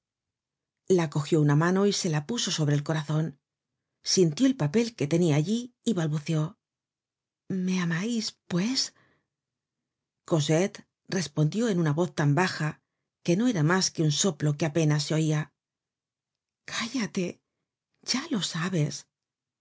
la cogió una mano y se la puso sobre el corazon sintió el papel que tenia allí y balbuceó me amais pues cosette respondió en una voz tan baja que no era mas que un soplo que apenas se oia cállate ya lo sabes